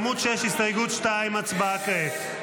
עמ' 6, הסתייגות 2, הצבעה כעת.